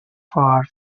far